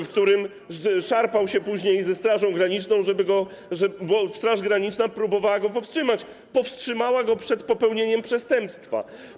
w którym szarpał się później ze Strażą Graniczną, bo Straż Graniczna próbowała go powstrzymać, powstrzymała go przed popełnieniem przestępstwa.